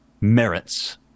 merits